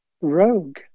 rogue